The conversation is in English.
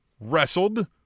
wrestled